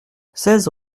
seize